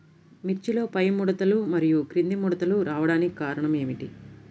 మిర్చిలో పైముడతలు మరియు క్రింది ముడతలు రావడానికి కారణం ఏమిటి?